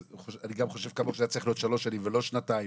אני גם חושב כמוך שזה היה צריך להיות לשלוש שנים ולא לשנתיים,